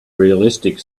realistic